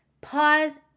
pause